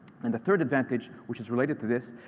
and the third advantage, which is related to this,